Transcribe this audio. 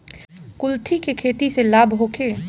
कुलथी के खेती से लाभ होखे?